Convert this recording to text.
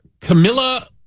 Camilla